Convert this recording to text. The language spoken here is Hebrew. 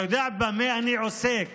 אתה יודע במה אני עוסק